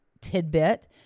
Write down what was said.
tidbit